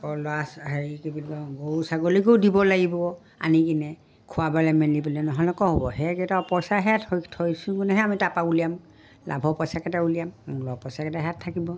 আকৌ ল'ৰা হেৰি বুলি কিয় গৰু ছাগলীকো দিব লাগিব আনি কিনে খোৱাবালৈ মেলিবলৈ নহ'লে ক'ৰ হ'ব সেইকেইটা পইচাহে থৈছোঁ গুণেহে আমি তাৰপৰা উলিয়াম লাভৰ পইচাকেইটা উলিয়াম মূলৰ পইচাকেইটা হেয়াত থাকিব